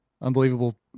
Unbelievable